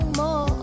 more